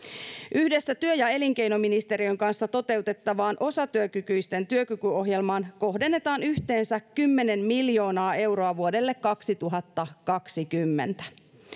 yhdessä työ ja elinkeinoministeriön kanssa toteutettavaan osatyökykyisten työkykyohjelmaan kohdennetaan yhteensä kymmenen miljoonaa euroa vuodelle kaksituhattakaksikymmentä